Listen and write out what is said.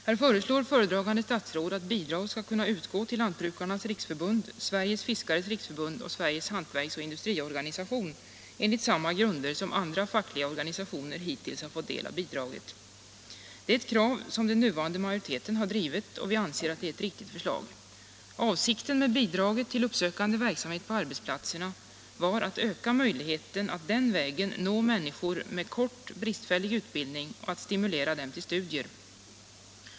Här föreslår föredragande statsråd att bidrag skall kunna utgå till Lantbrukarnas riksförbund, Sveriges fiskares riksförbund och Sveriges hantverks och industriorganisation enligt samma grunder som hittills har tillämpats för andra fackliga organisationer. Det är ett krav som den nuvarande majoriteten har drivit, och vi anser att det är ett riktigt förslag. Avsikten med bidraget till uppsökande verksamhet på arbetsplatserna var att öka möjligheterna att den vägen nå människor med kort, bristfällig utbildning och att stimulera dem till studier.